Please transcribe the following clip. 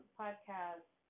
podcast